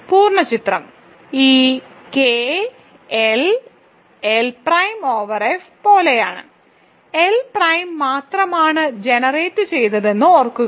പൂർണ്ണ ചിത്രം ഈ K L L prime over F പോലെയാണ് എൽ പ്രൈം മാത്രമാണ് ജനറേറ്റുചെയ്തതെന്ന് ഓർക്കുക